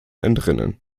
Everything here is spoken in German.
entrinnen